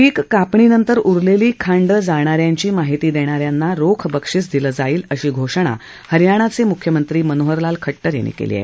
पीक कापणी नंतर उरलेली खांड जालण्यारांची माहिती देणाऱ्यांना रोख बक्षीस दिल जाईल अशी घोषणा हरयाणाचे मुख्य मंत्री मनोहरलाल खट्टर यांनी केली आहे